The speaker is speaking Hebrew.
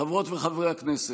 חברות וחברי הכנסת,